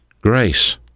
grace